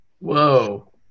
Whoa